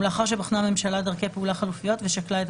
ולאחר שבחנה הממשלה דרכי פעולה חלופיות ושקלה את